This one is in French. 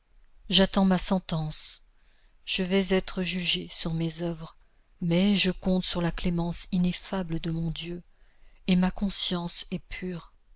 j'attends ma sentence je vais être jugé sur mes oeuvres mais je compte sur la clémence ineffable de mon dieu et ma conscience est pure